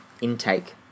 intake